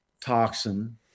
toxin